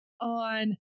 on